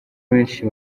benshi